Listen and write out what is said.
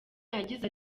yagize